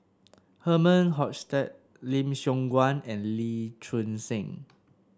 Herman Hochstadt Lim Siong Guan and Lee Choon Seng